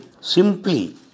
simply